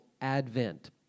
Advent